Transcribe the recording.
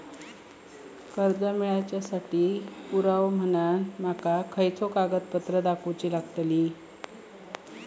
कर्जा मेळाक साठी पुरावो म्हणून माका खयचो कागदपत्र दाखवुची लागतली?